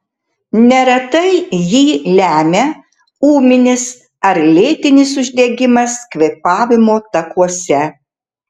neretai jį lemia ūminis ar lėtinis uždegimas kvėpavimo takuose